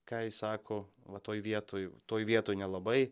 ką jis sako va toj vietoj toj vietoj nelabai